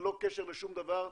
ללא קשר לשום דבר,